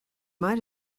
might